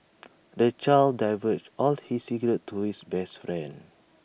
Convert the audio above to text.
the child divulged all his secrets to his best friend